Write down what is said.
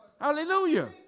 Hallelujah